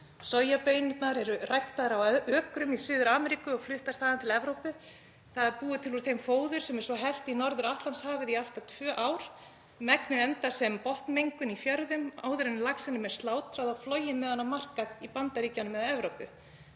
Sojabaunirnar eru ræktaðar á ökrum í Suður-Ameríku og fluttar þaðan til Evrópu. Þar er búið til úr þeim fóður sem er svo hellt í Norður-Atlantshafið í allt að tvö ár. Megnið endar sem botnmengun í fjörðum, áður en laxinum er slátrað og flogið með hann á markað í Bandaríkjunum eða Evrópu.